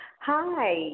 Hi